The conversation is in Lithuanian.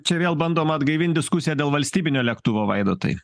čia vėl bandoma atgaivinti diskusiją dėl valstybinio lėktuvo vaidotai